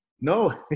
No